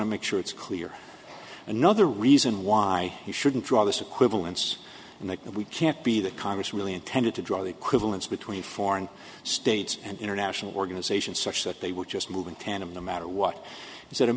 to make sure it's clear another reason why we shouldn't draw this equivalence and that we can't be that congress really intended to draw the equivalence between foreign states and international organizations such that they were just moving tandem no matter what he said